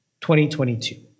2022